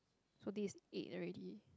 so this is eight already